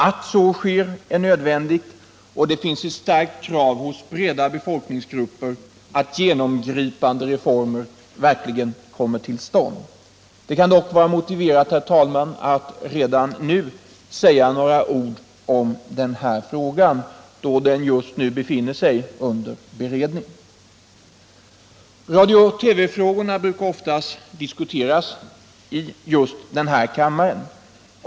Att så sker är nödvändigt, och det finns ett starkt krav från breda befolkningsgrupper att genomgripande reformer verkligen kommer till stånd. Det kan dock vara motiverat att redan nu säga några ord om den här frågan, då den just nu befinner sig under beredning. Radio/TV-frågorna brukar ofta diskuteras i denna kammare.